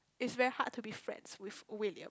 it's very hard to be friends with William